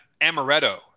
amaretto